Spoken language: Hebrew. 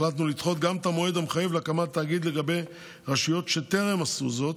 החלטנו לדחות גם את המועד המחייב להקמת תאגיד לגבי רשויות שטרם עשו זאת,